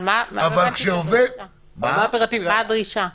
מה הדרישה?